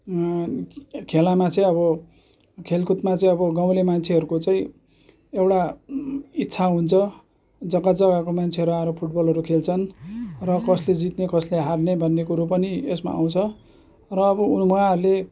खेलामा चाहिँ अब खेलकुदमा चाहिँ अब गाउँले मान्छेहरूको चाहिँ एउटा इच्छा हुन्छ जग्गा जग्गाको मान्छेहरू आएर फुटबलहरू खेल्छन् र कसले जित्ने कसले हार्ने भन्ने कुरो पानि यसमा आउँछ र अब उहाँहरूले